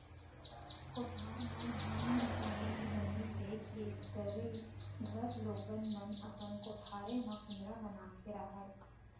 कोठार म धान मिंसावत घनी देख देख करे घर लोगन मन अपन कोठारे म कुंदरा बना के रहयँ